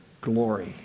glory